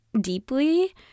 deeply